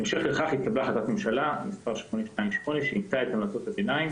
בהמשך לכך התקבלה החלטת ממשלה 828 שאימצה את המלצות הביניים